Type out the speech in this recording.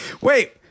Wait